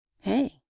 Hey